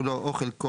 כולו או חלקו,